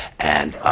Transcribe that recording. and